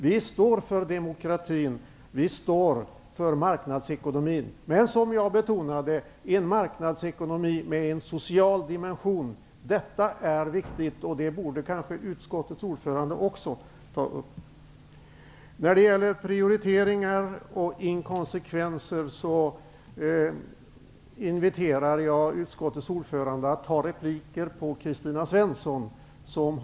Vi står för demokratin, och vi står för marknadsekonomin. Men som jag betonade tidigare skall det vara en marknadsekonomi med en social dimension. Detta är viktigt, och det borde utskottets ordförande också ta upp. Vidare har vi frågan om prioriteringar och inkonsekvenser. Jag inviterar utskottets ordförande att ta repliker på Kristina Svenssons anförande.